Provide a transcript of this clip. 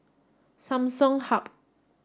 Samsung Hub